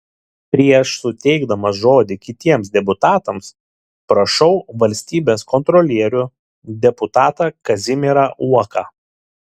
prieš suteikdamas žodį kitiems deputatams prašau valstybės kontrolierių deputatą kazimierą uoką